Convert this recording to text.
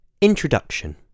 Introduction